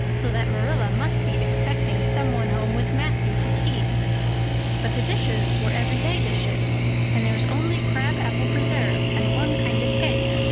so that marilla must be expecting some one home with matthew to tea but the dishes were everyday dishes and there was only crab-apple preserves and one kind of cake,